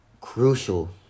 crucial